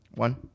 One